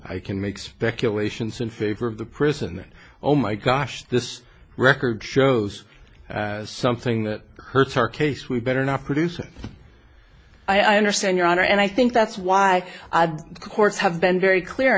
i can make speculations and favor of the prison that oh my gosh this record shows something that hurts our case we'd better not produce it i understand your honor and i think that's why the courts have been very clear